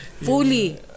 fully